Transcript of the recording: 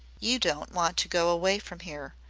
you don't want to go away from here,